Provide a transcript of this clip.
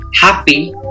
happy